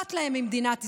שאכפת להם ממדינת ישראל,